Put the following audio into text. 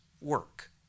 work